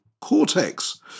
cortex